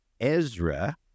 Ezra